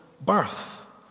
birth